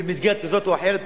במסגרת כזאת או אחרת,